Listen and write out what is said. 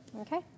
Okay